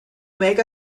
make